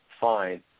fine